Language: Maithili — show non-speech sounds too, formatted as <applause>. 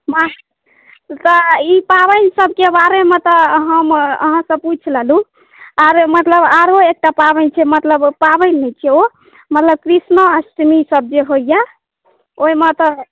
<unintelligible> तऽ ई पाबनिसभके बारेमे तऽ हम अहाँसँ पूछि लेलहुँ आओर मतलब आरो एकटा पाबनि छै मतलब पाबनि नहि छियै ओ मतलब कृष्णाष्टमीसभ जे होइए ओहिमे तऽ